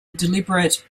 deliberate